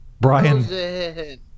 brian